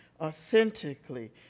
authentically